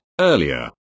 Earlier